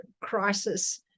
crisis